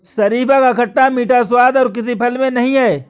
शरीफा का खट्टा मीठा स्वाद और किसी फल में नही है